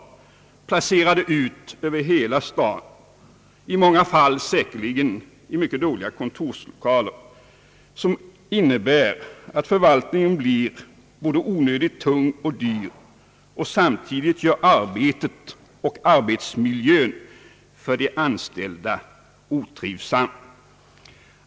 Dessa är dessutom placerade runt hela staden och inryms i många fall i säkerligen mycket dåliga kontorslokaler, vilket innebär att förvaltningen blir onödigt tung och dyr samt arbetet och arbetsmiljön för de anställda otrivsamma.